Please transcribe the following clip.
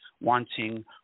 wanting